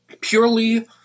purely